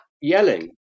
yelling